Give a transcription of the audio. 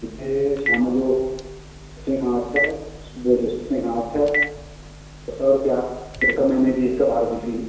हिते शाम जो सतें खां अठ सुबुह जो सतें खां अठ ॿ सौ रुपिया हिक महिने जी हिक ॿार जी फ़ी